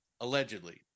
Allegedly